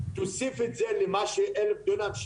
תוסיף את זה לאלף דונם,